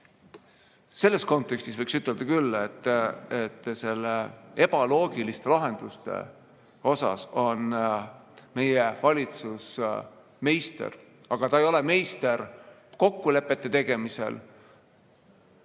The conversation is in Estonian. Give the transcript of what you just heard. Selles kontekstis võiks ütelda küll, et ebaloogiliste lahenduste leidmisel on meie valitsus meister. Aga ta ei ole meister kokkulepete tegemisel